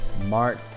Mark